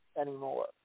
anymore